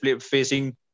facing